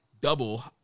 double